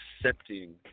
accepting